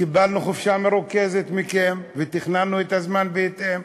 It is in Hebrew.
קיבלנו מכם חופשה מרוכזת ותכננו את הזמן בהתאם,